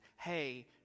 Hey